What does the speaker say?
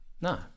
no